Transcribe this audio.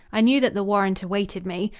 i knew that the warrant awaited me.